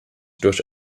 durch